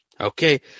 Okay